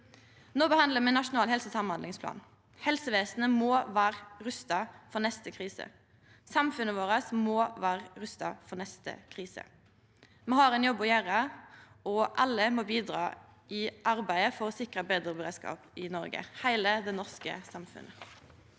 § 45) Nasjonal helse- og samhandlingsplan. Helsevesenet må vera rusta for neste krise. Samfunnet vårt må vera rusta for neste krise. Me har ein jobb å gjera, og alle må bidra i arbeidet for å sikra betre beredskap i Noreg – heile det norske samfunnet.